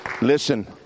Listen